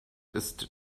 ist